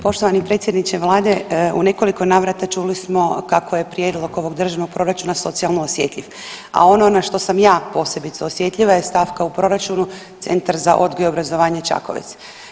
Poštovani predsjedniče Vlade, u nekoliko navrata čuli smo kako je Prijedlog ovog Državnog proračuna socijalno osjetljiv, a ono na što sam ja posebice osjetljiva je stavka u proračunu Centar za odgoj i obrazovanje Čakovec.